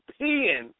peeing